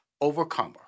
Overcomer